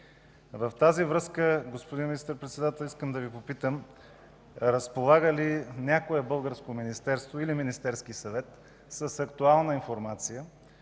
В тази връзка, господин Министър-председател, искам да Ви попитам: разполага ли някое българско министерство или Министерският съвет с актуална информация